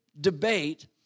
debate